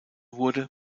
wurde